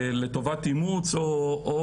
אבל בינתיים אני חושבת שאחת מהמסקנות העיקריות בדיונים